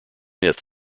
myth